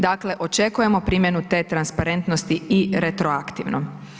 Dakle, očekujemo primjenu te transparentnosti i retroaktivno.